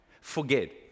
forget